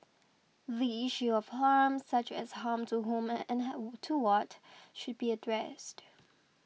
the issue of harm such as harm to whom and to what should be addressed